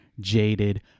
Jaded